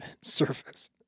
surface